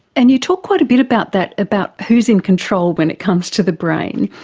and you talk quite a bit about that, about who is in control when it comes to the brain,